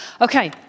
Okay